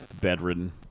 bedridden